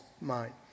mind